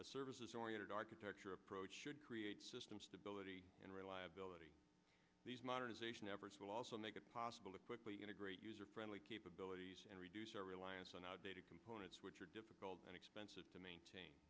of services oriented architecture approach should create systems stability and reliability modernization efforts will also make it possible to quickly integrate user friendly capabilities and reduce our reliance on outdated components which are difficult and expensive to maintain